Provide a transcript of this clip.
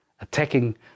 attacking